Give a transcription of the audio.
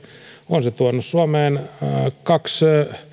on se tuonut suomeen kaksi